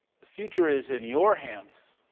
the future is in your hands.